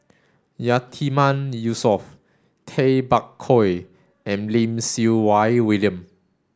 Yatiman Yusof Tay Bak Koi and Lim Siew Wai William